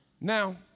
Now